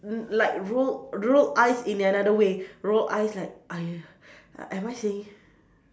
l~ like roll roll ice in an another way roll ice is like !aiya! uh am I saying